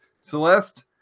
Celeste